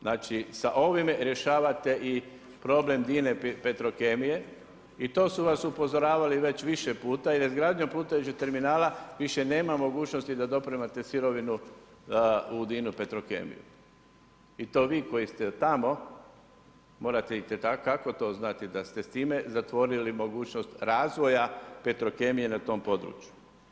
Znači sa ovime rješavate i problem Dine Petrokemije i to su vas upozoravali već više puta, jer izgradnjom plutajućeg terminala više nema mogućnosti da dopremate sirovinu u Dinu Petrokemiju i to vi koji ste tamo morate itekako to znati da ste s time zatvorili mogućnost razvoja Petrokemije na tom području.